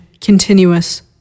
Continuous